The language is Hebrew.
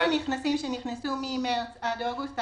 בשביל הנכנסים שנכנסו ממארס עד אוגוסט,